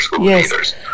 Yes